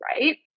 right